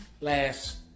last